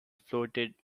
floated